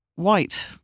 White